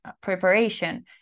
preparation